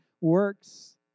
works